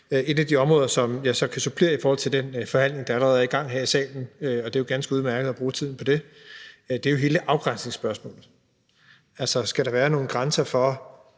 Et af de områder, hvor jeg så kan supplere i forhold til den forhandling, der allerede er i gang her i salen – og det er jo ganske udmærket at bruge tiden på det – er jo hele afgrænsningsspørgsmålet, altså om der skal være nogle grænser for,